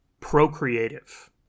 procreative